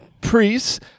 priests